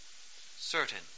certain